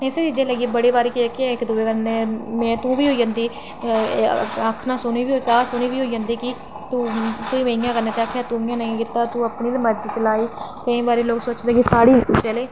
इस्सै चीजें ई लेइयै जेह्की बड़े बारी इक दूए कन्नै में तूं बी होई जंदी आखना सुनी बी होई जंदी की तूं तुई में इ'यां करने आस्तै आखेआ तूं नेईं कीता तूं अपनी गै मर्जी चलाई केईं बारी लोक सोचदे कि साढ़ी जेह्ड़ी